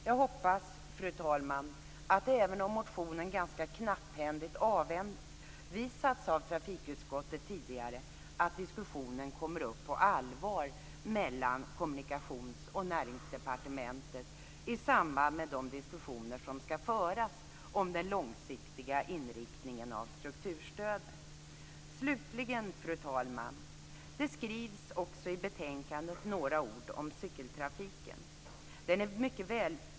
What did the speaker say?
Jag hoppas, fru talman, även om motionen ganska knapphändigt avvisats av trafikutskottet tidigare, att diskussionen kommer upp på allvar mellan Kommunikations och Näringsdepartementen i samband med diskussionerna om den långsiktiga inriktningen av strukturstöden. Slutligen, fru talman, skrivs det i betänkandet också några ord om cykeltrafiken.